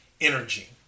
energy